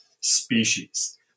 species